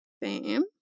Bam